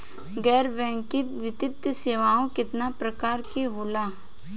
गैर बैंकिंग वित्तीय सेवाओं केतना प्रकार के होला?